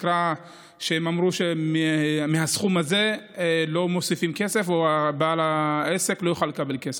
מהסכום שאמרו שממנו לא מוסיפים כסף או בעל העסק לא יוכל לקבל כסף.